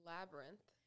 Labyrinth